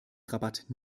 rabatt